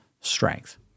strength